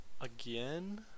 again